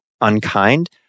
unkind